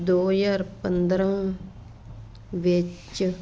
ਦੋ ਹਜ਼ਾਰ ਪੰਦਰ੍ਹਾਂ ਵਿੱਚ